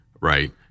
right